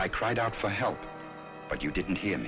cried out for help but you didn't hear